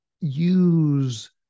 use